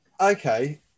Okay